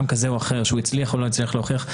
כזה או אחר שהוא הצליח או לא הצליח להוכיח,